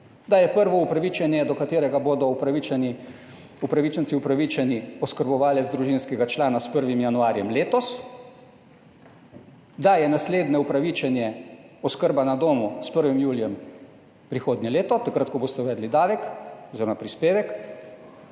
Da je prvo upravičenje, do katerega bodo upravičenci upravičeni oskrbovalec družinskega člana s 1. januarjem letos, da je naslednje upravičenje oskrba na domu s 1. julijem prihodnje leto, takrat ko boste uvedli davek oziroma prispevek,